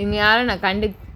இவங்க யாரும் நான் கண்டுக்~:ivanga yaarumae naan paakkaapporathilla ivanga yaarum naan kanduk~